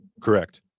Correct